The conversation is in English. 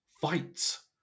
fights